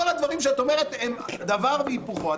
כל הדברים שאת אומרת הם דבר והיפוכו.